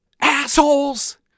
Assholes